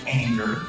anger